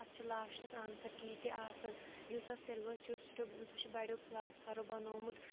اَتھ چھِ لاسٹَس آنسَر کی تہِ آسَن یُس اَتھ سٮ۪لبَس چھُ سُہ چھُ سُہ چھُ بَڑیو فِلاسفَرو بَنومُت